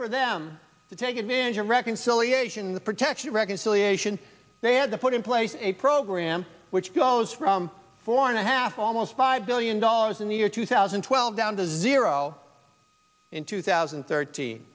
for them to take advantage of reconciliation in the protection of reconciliation they had to put in place a program which goes from four and a half almost five billion dollars in the year two thousand and twelve down to zero in two thousand and thirt